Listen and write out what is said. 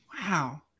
Wow